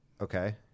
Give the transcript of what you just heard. Okay